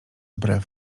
brew